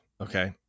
okay